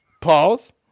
Pause